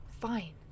Fine